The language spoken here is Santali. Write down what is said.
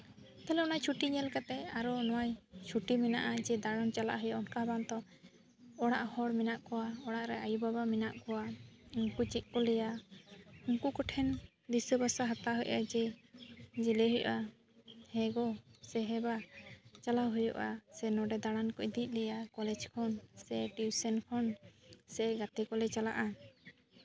ᱛᱟᱦᱞᱮ ᱚᱱᱟ ᱪᱷᱩᱴᱤ ᱧᱮᱞ ᱠᱟᱛᱮᱜ ᱟᱨᱚ ᱱᱚᱣᱟᱧ ᱪᱷᱩᱴᱤ ᱢᱮᱱᱟᱜᱼᱟ ᱡᱮ ᱫᱟᱬᱟᱱ ᱪᱟᱞᱟᱜ ᱦᱩᱭᱩᱜᱼᱟ ᱚᱱᱠᱟ ᱵᱟᱝ ᱛᱚ ᱚᱲᱟᱜ ᱦᱚᱲ ᱢᱮᱱᱟᱜ ᱠᱚᱣᱟ ᱚᱲᱟᱜ ᱨᱮ ᱟᱹᱭᱩᱼᱵᱟᱵᱟ ᱢᱮᱱᱟᱜ ᱠᱚᱣᱟ ᱩᱱᱠᱩ ᱪᱮᱫ ᱠᱚ ᱞᱟᱹᱭᱟ ᱩᱱᱠᱩ ᱠᱚᱴᱷᱮᱱ ᱫᱤᱥᱟᱹ ᱵᱷᱚᱨᱥᱟ ᱦᱟᱛᱟᱣ ᱦᱩᱭᱩᱜᱼᱟ ᱡᱮ ᱞᱟᱹᱭ ᱦᱩᱭᱩᱜᱼᱟ ᱦᱮᱸ ᱜᱚ ᱥᱮ ᱦᱮᱸ ᱵᱟ ᱪᱟᱞᱟᱣ ᱦᱩᱭᱩᱜᱼᱟ ᱥᱮ ᱱᱚᱰᱮ ᱫᱟᱬᱟᱱ ᱠᱚ ᱤᱫᱤᱭᱮᱜ ᱞᱮᱭᱟ ᱠᱚᱞᱮᱡᱽ ᱠᱷᱚᱱ ᱥᱮ ᱴᱤᱭᱩᱥᱮᱱ ᱠᱷᱚᱱ ᱥᱮ ᱜᱟᱛᱮ ᱠᱚᱞᱮ ᱪᱟᱞᱟᱜᱼᱟ